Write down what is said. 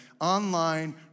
online